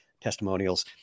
testimonials